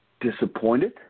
disappointed